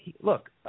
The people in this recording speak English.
look